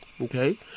Okay